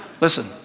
Listen